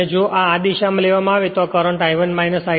અને આ જો આ દિશામાં લેવામાં આવે તો કરંટ I1 I2 હશે